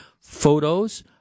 photos